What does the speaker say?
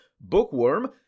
Bookworm